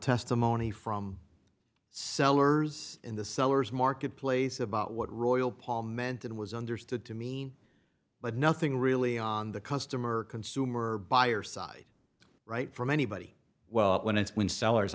testimony from sellers in the seller's market place about what royal paul meant and was understood to mean but nothing really on the customer consumer buyer side right from anybody well when it's when sellers